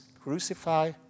crucify